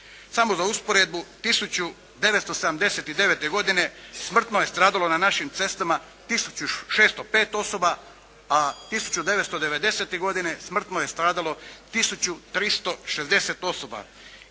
Samo za usporedbu, 1979. godine smrtno je stradalo na našim cestama tisuću i 605 osoba, a 1990. godine smrtno je stradalo tisuću i 360 osoba.